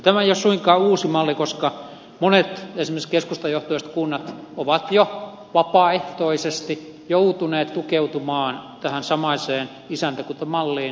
tämä ei ole suinkaan uusi malli koska monet esimerkiksi keskustajohtoiset kunnat ovat jo vapaaehtoisesti joutuneet tukeutumaan tähän samaiseen isäntäkuntamalliin nykylainsäädännön puitteissa